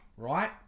right